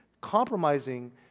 compromising